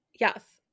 Yes